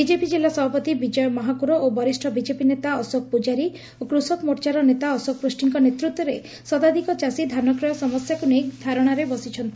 BJP ଜିଲ୍ଲା ସଭାପତି ବିଜୟ ମହାକୁର ଓ ବରିଷ୍ ବିଜେପି ନେତା ଅଶୋକ ପୂଜାରୀ ଓ କୃଷକ ମୋର୍ଚ୍ଚାର ନେତା ଅଶୋକ ପୃଷ୍କିଙ୍କ ନେତୂତ୍ୱରେ ଶତାଧ୍କ ଚାଷୀ ଧାନକ୍ରୟ ସମସ୍ୟାକ୍ ନେଇ ଧାରଣାରେ ବସିଛନ୍ତି